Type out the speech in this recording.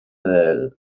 del